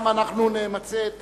גם אנחנו נמצה את